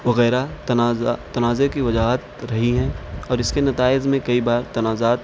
وغیرہ تنازع کی وجاہت رہی ہیں اور اس کے نتائج میں کئی بار تنازعات